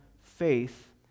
faith